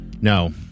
No